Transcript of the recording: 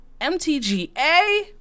MTGA